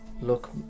Look